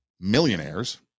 millionaires